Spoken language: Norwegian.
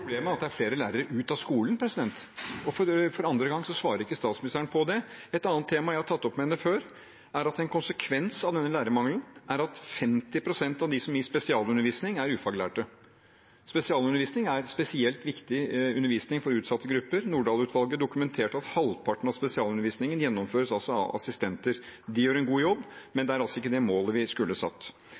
er at det er flere lærere ut av skolen, og for andre gang svarer ikke statsministeren på det. Et annet tema jeg har tatt opp med henne før, er at en konsekvens av denne lærermangelen er at 50 pst. av dem som gir spesialundervisning, er ufaglærte. Spesialundervisning er spesielt viktig undervisning for utsatte grupper. Nordahl-utvalget dokumenterte at halvparten av spesialundervisningen gjennomføres av assistenter. De gjør en god jobb, men det er altså ikke det målet vi skulle satt.